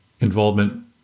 involvement